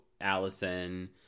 Allison